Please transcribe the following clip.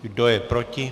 Kdo je proti?